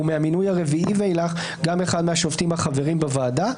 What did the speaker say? ומהמינוי הרביעי ואילך גם אחד מהשופטים החברים בוועדה.